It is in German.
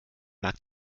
mag